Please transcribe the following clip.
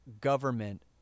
government